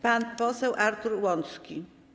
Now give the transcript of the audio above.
Pan poseł Artur Łącki.